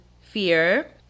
fear